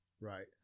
Right